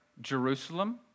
Jerusalem